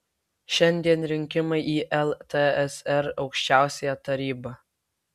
šiandien rinkimai į ltsr aukščiausiąją tarybą